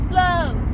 love